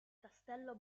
castello